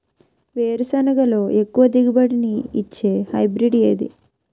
వేరుసెనగ లో ఎక్కువ దిగుబడి నీ ఇచ్చే హైబ్రిడ్ ఏది?